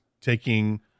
taking